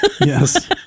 Yes